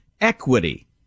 equity